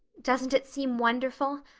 doesn't it seem wonderful?